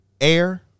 air